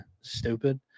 stupid